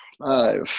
Five